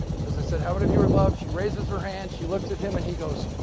because i said, how many of you are in love? she raises her hand, she looks at him and he goes.